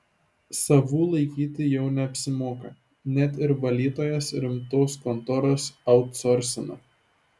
savų laikyti jau neapsimoka net ir valytojas rimtos kontoros autsorsina